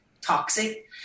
toxic